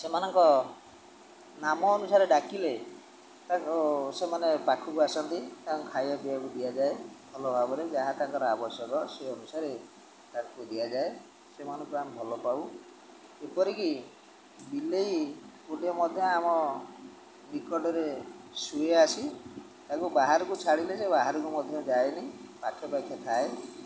ସେମାନଙ୍କ ନାମ ଅନୁସାରେ ଡ଼ାକିଲେ ତାକୁ ସେମାନେ ପାଖକୁ ଆସନ୍ତି ତାଙ୍କୁ ଖାଇବା ପିଇବାକୁ ଦିଆଯାଏ ଭଲ ଭାବରେ ଯାହା ତାଙ୍କର ଆବଶ୍ୟକ ସେ ଅନୁସାରେ ତାକୁ ଦିଆଯାଏ ସେମାନଙ୍କୁ ଆମେ ଭଲ ପାଉ ଏପରିକି ବିଲେଇ ଗୋଟେ ମଧ୍ୟ ଆମ ନିକଟରେ ଶୁଏ ଆସି ତାକୁ ବାହାରକୁ ଛାଡ଼ିଲେ ସେ ବାହାରକୁ ମଧ୍ୟ ଯାଏନି ପାଖେପାଖେ ଥାଏ